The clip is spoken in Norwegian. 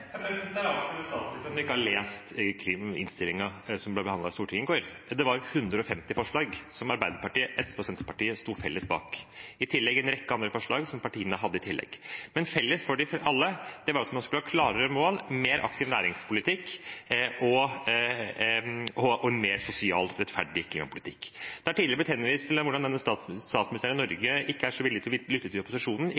statsministeren at hun ikke har lest klimainnstillingen som ble behandlet i Stortinget i går. Det var 150 forslag som Arbeiderpartiet, SV og Senterpartiet sto sammen om – i tillegg til en rekke andre forslag som partiene hadde. Felles for dem alle var at man skulle ha klarere mål, mer aktiv næringspolitikk og mer sosialt rettferdig klimapolitikk. Det er tidligere blitt henvist til hvordan statsministeren i Norge ikke er så villig til å lytte til opposisjonen – i